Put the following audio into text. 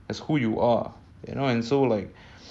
it comes out in a I know it's off track but